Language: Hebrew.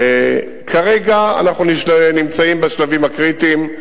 כרגע אנחנו נמצאים בשלבים הקריטיים.